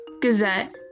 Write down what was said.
Gazette